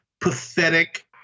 pathetic